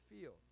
field